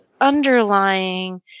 underlying